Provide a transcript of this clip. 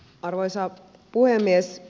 arvoisa puhemies